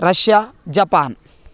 Russia Japan